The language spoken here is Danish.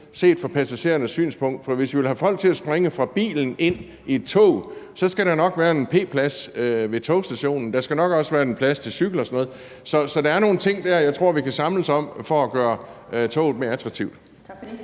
set fra passagerernes synspunkt, for hvis vi vil have folk til at springe fra bilen ind i et tog, skal der nok være en p-plads ved togstationen. Der skal nok også være en plads til cykler og sådan noget. Så der er nogle ting der, jeg tror vi kan samles om, for at gøre toget mere attraktivt.